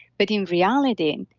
but in reality,